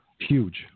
huge